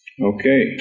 Okay